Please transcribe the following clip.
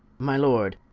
my lord,